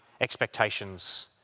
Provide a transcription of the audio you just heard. expectations